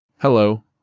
Hello